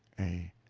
a.